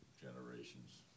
generations